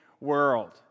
world